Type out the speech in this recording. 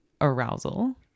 arousal